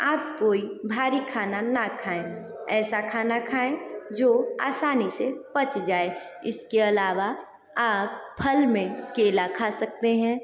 आप कोई भारी खाना ना खाएं ऐसा खाना खाएं जो आसानी से पच जाए इसके अलावा आप फल में केला खा सकते हैं